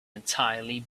entirely